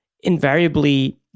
invariably